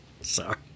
Sorry